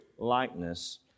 likeness